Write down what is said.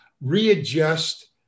readjust